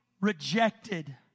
rejected